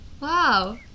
Wow